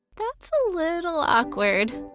that's a little awkward.